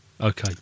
Okay